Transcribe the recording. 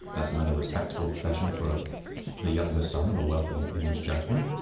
that's another respectable profession for ah for the younger son of a wealthy english gentleman.